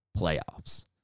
playoffs